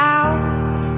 out